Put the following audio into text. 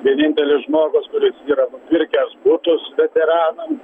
vienintelis žmogus kuris yra nupirkęs butus veteranam